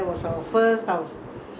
police station பின்னாடி:pinnaadi